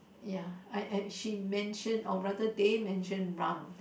ya uh she mention or rather they mention run